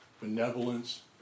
benevolence